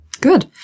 Good